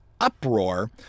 uproar